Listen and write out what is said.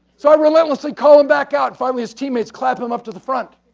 so, i relentlessly call him back out, finally his teammates clap them up to the front.